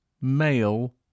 male